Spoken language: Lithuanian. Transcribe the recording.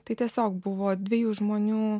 tai tiesiog buvo dviejų žmonių